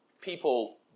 people